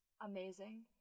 amazing